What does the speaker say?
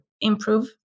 improve